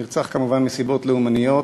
נרצח, כמובן, מסיבות לאומניות.